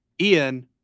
ian